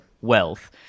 wealth